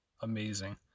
amazing